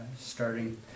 starting